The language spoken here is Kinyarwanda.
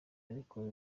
ariko